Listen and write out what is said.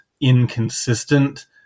inconsistent